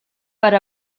per